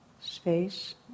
Space